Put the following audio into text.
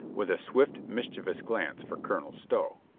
with a swift, mischievous glance for colonel stow.